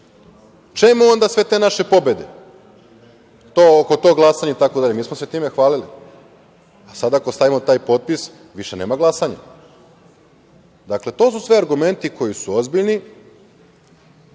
onda sve te naše pobede, to oko tog glasanja i tako dalje? Mi smo se time hvalili, a sada ako stavimo taj potpis, više nema glasanja. Dakle, to su sve argumenti koji su ozbiljni,